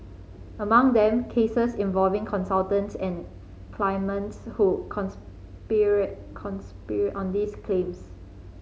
among them cases involving consultants and claimants who conspired conspired on these claims